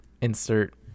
insert